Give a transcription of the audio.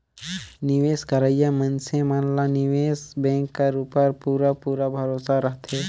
निवेस करोइया मइनसे मन ला निवेस बेंक कर उपर पूरा पूरा भरोसा रहथे